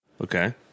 Okay